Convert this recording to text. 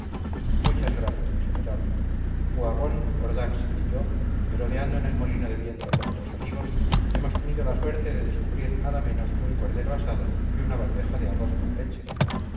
muchas gracias mi general uhagón ordax y yo merodeando en el molino de viento con otros amigos hemos tenido la suerte de descubrir nada menos que un cordero asado y una bandeja de arroz con leche